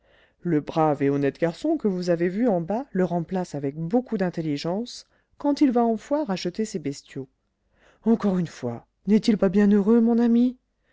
le brave et honnête garçon que vous avez vu en bas le remplace avec beaucoup d'intelligence quand il va en foire acheter des bestiaux encore une fois n'est-il pas bien heureux mon ami